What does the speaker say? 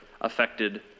affected